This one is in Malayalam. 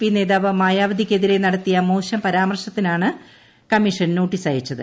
പി നേതാവ് മായാവതിക്കെതിരെ നടത്തിയ മോശം പരാമർശത്തിനാണ് കമ്മീഷൻ നോട്ടീസയച്ചത്